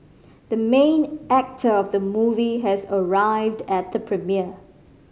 the main actor of the movie has arrived at the premiere